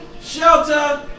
shelter